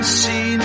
see